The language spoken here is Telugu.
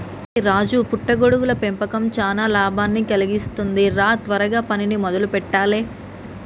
ఒరై రాజు పుట్ట గొడుగుల పెంపకం చానా లాభాన్ని కలిగిస్తుంది రా త్వరగా పనిని మొదలు పెట్టాలే